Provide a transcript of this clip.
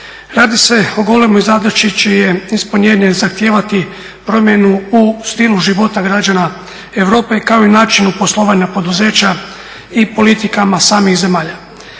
Radi se o golemoj zadaći čije će ispunjenje zahtijevati promjenu u stilu života građana Europe kao i načinu poslovanja poduzeća i politikama samih zemalja.